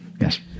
Yes